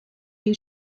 due